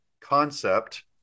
concept